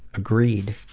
agreed,